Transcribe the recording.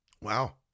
Wow